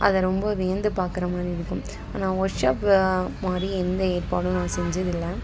அதை ரொம்ப வியந்து பார்க்குற மாதிரி இருக்கும் ஆனால் ஒர்க்ஷாப் மாதிரி எந்த ஏற்பாடும் நான் செஞ்சது இல்லை